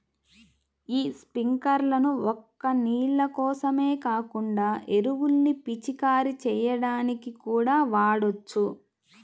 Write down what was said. యీ స్పింకర్లను ఒక్క నీళ్ళ కోసమే కాకుండా ఎరువుల్ని పిచికారీ చెయ్యడానికి కూడా వాడొచ్చు